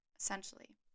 essentially